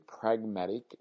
pragmatic